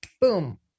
boom